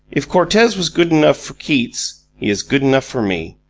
if cortez was good enough for keats, he is good enough for me.